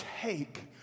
take